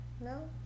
No